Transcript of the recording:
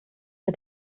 mit